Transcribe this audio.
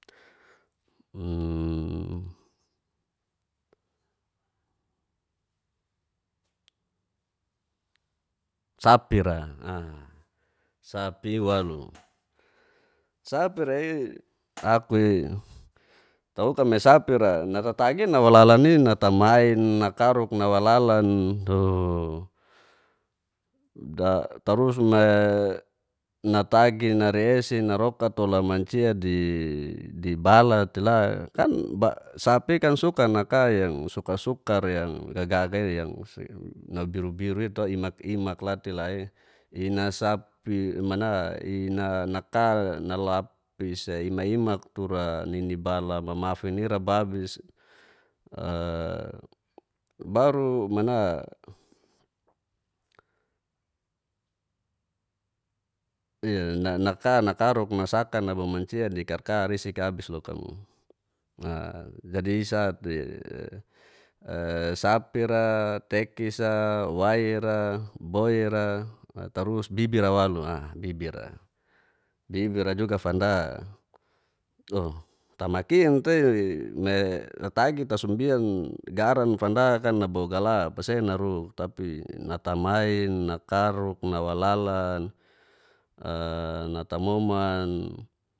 sapira, sapira'i aku tawok me sapira natatagi nawa lalan inatamain, nakaruk nawa lalan do tarus me natagi nerei esi naroka tola mancia di bala tela kan sapi; ikan suka naka yang sukar sukar yang gaga'i yang nabiru biru i;to imak imak ltelai naka nalapis ima-imak tura nini bala mamafin ira babis baru mana ia naka nakruk nasaka naba mancia di karkar isik abis loka mo na jadi isati sapira, tekisa, waira. boira, tarus bibira walu a bibi'ra, bibi'ra juga fanda oh tamakin tei me tatagi tasumbian garan fanda kan nabo galap'a sei naruk tapi natamain nakaruk nawa lalan natamoman.